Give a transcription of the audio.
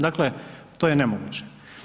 Dakle to je nemoguće.